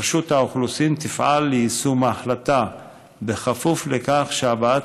רשות האוכלוסין תפעל ליישום ההחלטה בכפוף לכך שהבאת